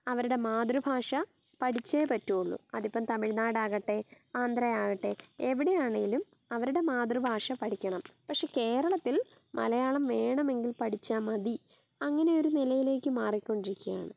അവരുടെ മാതൃഭാഷ പഠിച്ചേ പറ്റുകയുള്ളൂ അതിപ്പം തമിഴ്നാടകട്ടെ ആന്ധ്രയാകട്ടെ എവിടെയാണെങ്കിലും അവരുടെ മാതൃഭാഷ പഠിക്കണം പക്ഷേ കേരളത്തിൽ മലയാളം വേണമെങ്കിൽ പഠിച്ചാൽ മതി അങ്ങനെ ഒരു നിലയിലേക്ക് മാറിക്കൊണ്ടിരിക്കുകയാണ്